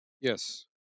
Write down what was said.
Yes